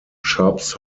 shops